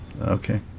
okay